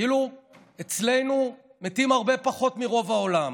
כאילו אצלנו מתים הרבה פחות מברוב העולם.